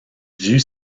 dut